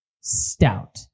stout